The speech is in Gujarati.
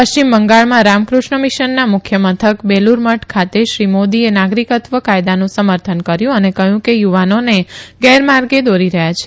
પશ્ચિમ બંગાળમાં રામકૃષ્ણ મિશનના મુખ્યમથક બેલૂરમઠ ખાતે શ્રી મોદીએ નાગરિકત્વ કાયદાનું સમર્થન કર્યું અને કહ્યું કે થુવાનોને ગેરમાર્ગે દોરી રહ્યાં છે